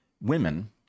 women